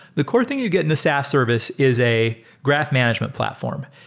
the core thing you get in the saas service is a graph management platform.